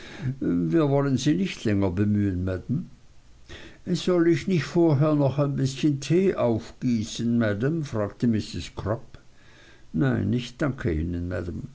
wir wollen sie nicht länger bemühen maam soll ich nicht vorher noch ein bißchen tee aufgießen maam fragte mrs crupp nein ich danke ihnen